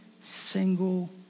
single